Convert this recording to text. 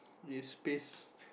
is pissed